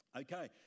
Okay